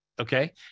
Okay